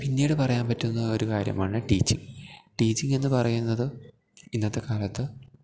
പിന്നീട് പറയാൻ പറ്റുന്ന ഒരു കാര്യമാണ് ടീച്ചിംഗ് ടീച്ചിംഗ് എന്നു പറയുന്നത് ഇന്നത്തെക്കാലത്ത്